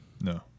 No